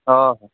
ᱚᱼᱦᱚ